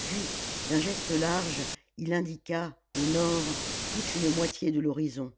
puis d'un geste large il indiqua au nord toute une moitié de l'horizon